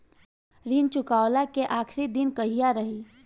ऋण चुकव्ला के आखिरी दिन कहिया रही?